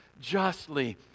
justly